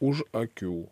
už akių